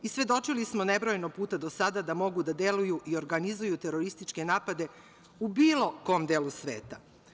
Svedočili smo nebrojeno puta do sada da mogu da deluju i organizuju terorističke napade u bilo kom delu sveta.